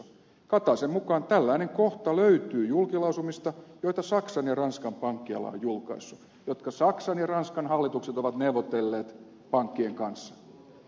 kataisen mukaan tällainen kohta löytyy julkilausumista joita saksan ja ranskan pankkiala on julkaissut jotka saksan ja ranskan hallitukset ovat neuvotelleet pankkien kanssa